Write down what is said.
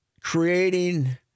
creating –